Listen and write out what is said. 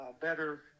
better –